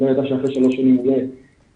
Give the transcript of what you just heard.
הוא לא ידע שאחרי שלוש שנים הוא יהיה במשרד.